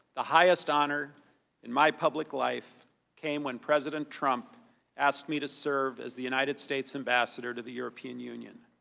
the highest honor in my public life came when president trump asked me to serve as the united states ambassador to the european union.